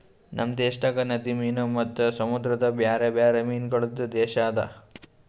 ನಮ್ ದೇಶದಾಗ್ ನದಿ ಮೀನು ಮತ್ತ ಸಮುದ್ರದ ಬ್ಯಾರೆ ಬ್ಯಾರೆ ಮೀನಗೊಳ್ದು ದೇಶ ಅದಾ